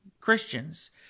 Christians